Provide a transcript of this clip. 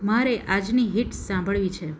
મારે આજની હિટ્સ સાંભળવી છે